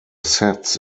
sets